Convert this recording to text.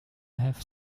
have